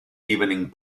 evening